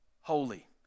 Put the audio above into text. holy